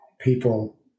people